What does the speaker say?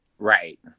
Right